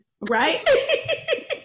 Right